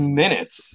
minutes